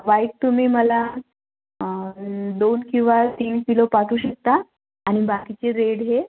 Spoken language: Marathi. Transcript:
वाईट तुम्ही मला दोन किंवा तीन किलो पाठवू शकता आणि बाकीचे रेड हे